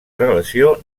relació